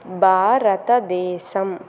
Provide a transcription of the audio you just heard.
భారతదేశం